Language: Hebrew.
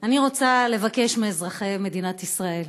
אני רוצה לבקש מאזרחי מדינת ישראל: